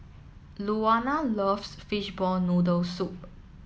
Luana loves Fishball Noodle Soup